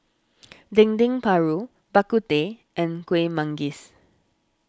Dendeng Paru Bak Kut Teh and Kuih Manggis